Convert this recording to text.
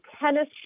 tennis